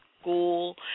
school